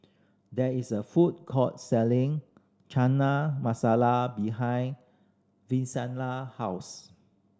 there is a food court selling Chana Masala behind Vincenza house